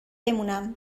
بمونم